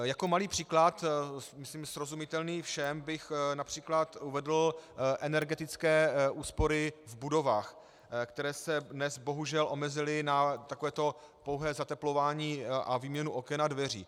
Jako malý příklad, myslím srozumitelný všem, bych uvedl energetické úspory v budovách, které se dnes bohužel omezily na takové to pouhé zateplování a výměnu oken a dveří.